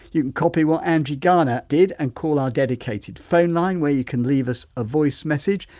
you can copy what angie garner did and call our dedicated phone line where you can leave us a voice message,